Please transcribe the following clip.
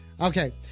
okay